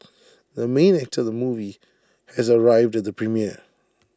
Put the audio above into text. the main actor of the movie has arrived at the premiere